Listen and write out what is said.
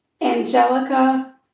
Angelica